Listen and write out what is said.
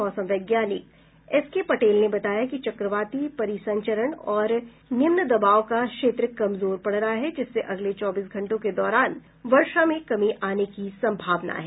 मौसम वैज्ञानिक एसके पटेल ने बताया कि चक्रवाती परिसंचरण और निम्न दबाव का क्षेत्र कमजोर पड़ रहा है जिससे अगले चौबीस घंटों के दौरान वर्षा में कमी आने की संभावना है